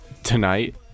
Tonight